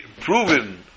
proven